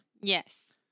Yes